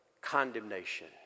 condemnation